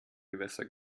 gewässer